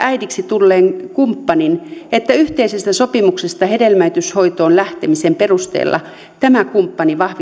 äidiksi tulleen kumppanin että yhteisestä sopimuksesta hedelmöityshoitoon lähtemisen perusteella tämä kumppani